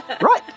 Right